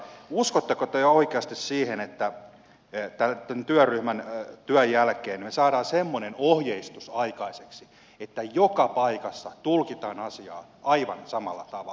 uskotteko te ihan oikeasti siihen että tämän työryhmän työn jälkeen me saamme semmoisen ohjeistuksen aikaiseksi että joka paikassa tulkitaan asiaa aivan samalla tavalla ja oikeudenmukaisesti